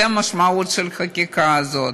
זו המשמעות של החקיקה הזאת.